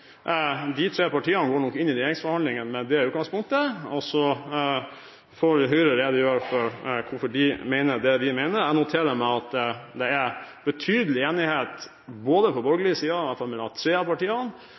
De tre partiene går nok inn i regjeringsforhandlingene med det utgangspunktet, og så får Høyre redegjøre for hvorfor de mener det de mener. Jeg noterer meg at det er betydelig enighet både på borgerlig side – iallfall mellom tre av partiene